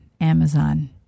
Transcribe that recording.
Amazon